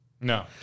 No